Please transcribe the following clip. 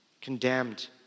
condemned